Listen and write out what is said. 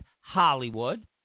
Hollywood